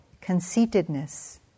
Conceitedness